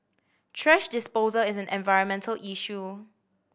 thrash disposal is an environmental issue